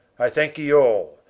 i thanke ye all.